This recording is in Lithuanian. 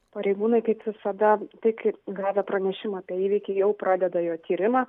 pareigūnai kaip visada tik gavę pranešimą apie įvykį jau pradeda jo tyrimą